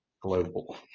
global